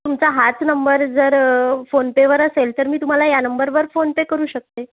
तुमचा हाच नंबर जर फोनपेवर असेल तर मी तुम्हाला या नंबरवर फोनपे करू शकते